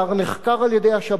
נחקר על-ידי השב"כ,